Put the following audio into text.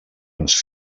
ens